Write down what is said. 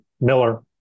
miller